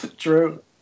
True